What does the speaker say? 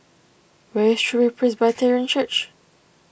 where is True Way Presbyterian Church